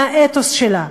מהאתוס שלה,